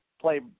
play